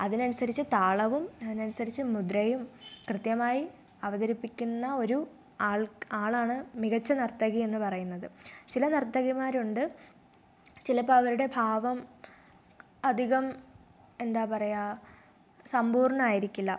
അതിനനുസരിച്ച് താളവും അതിനനുസരിച്ച് മുദ്രയും കൃത്യമായി അവതരിപ്പിക്കുന്ന ഒരു ആൾക്ക് ആളാണ് മികച്ച നർത്തകി എന്ന് പറയുന്നത് ചില നർത്തകിമാരുണ്ട് ചിലപ്പോൾ അവരുടെ ഭാവം അധികം എന്താ പറയുക സമ്പൂർണം ആയിരിക്കില്ല